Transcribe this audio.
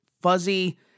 fuzzy